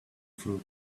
fruit